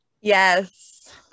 Yes